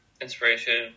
inspiration